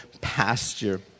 pasture